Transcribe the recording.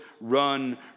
run